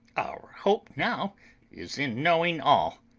our hope now is in knowing all.